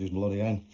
bloody hen.